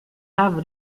have